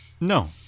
No